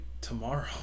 tomorrow